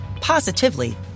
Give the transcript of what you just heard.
positively